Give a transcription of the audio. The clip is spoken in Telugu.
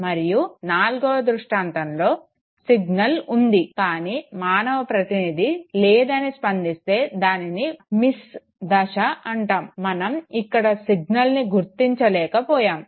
మరియు నాలుగవ దృష్టాంతంలో సిగ్నల్ ఉండి కానీ మానవ ప్రతినిధి లేదని స్పందిస్తే దానిని మిస్ దశ అంటాము మనం ఇక్కడ సిగ్నల్ని గుర్తించలేక పోయాము